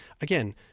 again